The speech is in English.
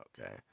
okay